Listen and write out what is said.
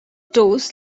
doors